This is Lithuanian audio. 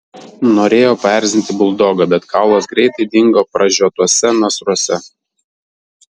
norėjo paerzinti buldogą bet kaulas greitai dingo pražiotuose nasruose